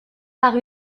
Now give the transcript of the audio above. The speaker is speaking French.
par